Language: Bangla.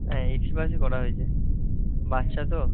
হ্যাঁ এ সি বাসই করা হয়েছে বাচ্চা তো